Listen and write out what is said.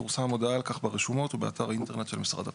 תפורסם הודעה על כך ברשומות ובאתר האינטרנט של משרד הפנים."